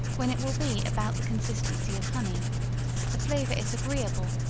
when it will be about the consistency of honey the flavor is agreeable,